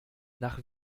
nach